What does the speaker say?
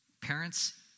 Parents